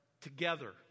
together